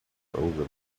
over